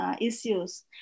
issues